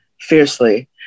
fiercely